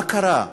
מה קרה?